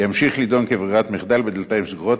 ימשיך להידון כברירת מחדל בדלתיים סגורות,